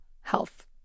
health